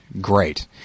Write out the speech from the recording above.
great